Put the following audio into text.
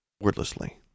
Wordlessly